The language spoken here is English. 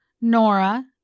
Nora